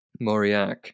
Moriac